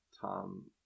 Tom